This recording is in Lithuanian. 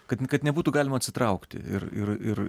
kad kad nebūtų galima atsitraukti ir ir ir